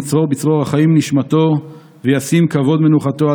ויצרור בצרור החיים נשמתו, וישים כבוד מנוחתו.